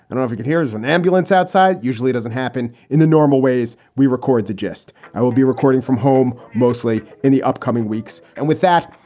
don't forget, here's an ambulance outside usually doesn't happen in the normal ways. we record the gist. i will be recording from home mostly in the upcoming weeks. and with that,